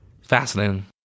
Fascinating